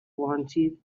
wanted